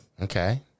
Okay